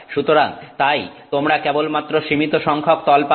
সুতরাং তাই তোমরা কেবলমাত্র সীমিত সংখ্যক তল পাবে